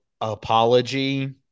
apology